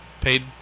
Paid